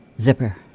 zipper